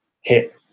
hit